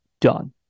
done